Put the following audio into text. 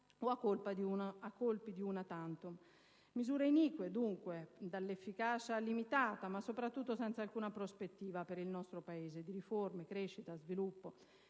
o a colpi di *una tantum*. Misure inique, dunque, dall'efficacia limitata, ma soprattutto senza alcuna prospettiva, per il nostro Paese, di riforme, crescita, sviluppo.